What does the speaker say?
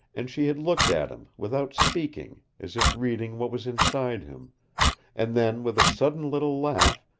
and she had looked at him, without speaking, as if reading what was inside him and then, with a sudden little laugh,